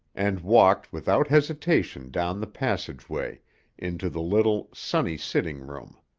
and walked without hesitation down the passageway into the little, sunny sitting-room.